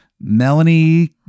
Melanie